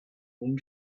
whom